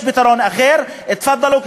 יש פתרון אחר: תפאדלו,